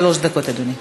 שלוש דקות, אדוני.